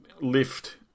lift